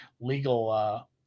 legal